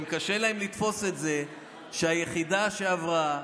קשה להם לתפוס את זה שהיחידה שעברה,